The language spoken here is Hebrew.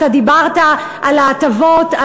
אתה דיברת על ההטבות,